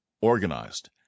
Organized